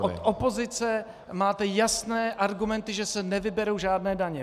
Od opozice máte jasné argumenty, že se nevyberou žádné daně.